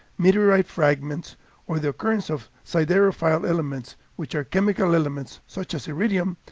meteorite fragments or the occurrence of siderophile elements, which are chemical elements, such as iridium,